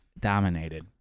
dominated